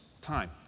Time